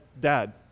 dad